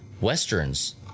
Westerns